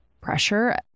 pressure